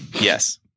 Yes